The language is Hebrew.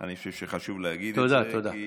אני חושב שחשוב להגיד את זה, תודה, תודה.